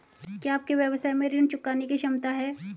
क्या आपके व्यवसाय में ऋण चुकाने की क्षमता है?